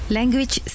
Language